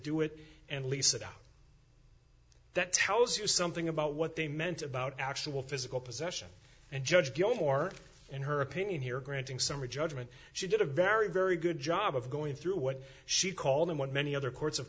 do it and lisa that tells you something about what they meant about actual physical possession and judge gilmore in her opinion here granting summary judgment she did a very very good job of going through what she called in what many other courts of